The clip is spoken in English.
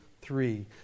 three